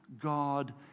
God